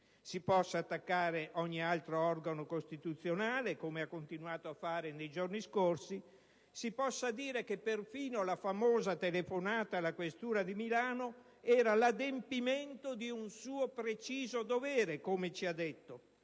si possa attaccare ogni altro organo costituzionale, come ha continuato a fare nei giorni scorsi, si possa dire che perfino la famosa telefonata alla questura di Milano era l'adempimento di un suo preciso dovere, come ci ha detto.